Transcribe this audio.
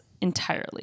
entirely